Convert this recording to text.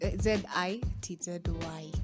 z-i-t-z-y